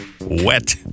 wet